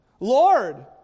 Lord